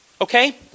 Okay